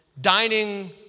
dining